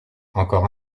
encore